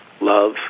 love